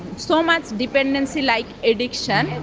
so much dependency, like addiction. and